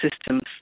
systems